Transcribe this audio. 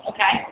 Okay